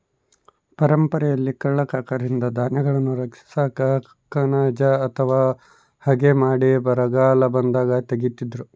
ಪರಂಪರೆಯಲ್ಲಿ ಕಳ್ಳ ಕಾಕರಿಂದ ಧಾನ್ಯಗಳನ್ನು ರಕ್ಷಿಸಾಕ ಕಣಜ ಅಥವಾ ಹಗೆ ಮಾಡಿ ಬರಗಾಲ ಬಂದಾಗ ತೆಗೀತಿದ್ರು